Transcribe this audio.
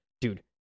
dude